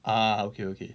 ah okay okay